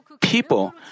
people